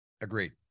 agreed